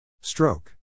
Stroke